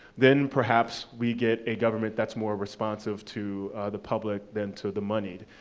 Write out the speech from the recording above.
then, perhaps, we get a government that's more responsive to the public than to the monied.